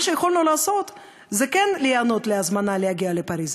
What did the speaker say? מה שיכולנו לעשות זה כן להיענות להזמנה להגיע לפריז,